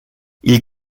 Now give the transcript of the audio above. ils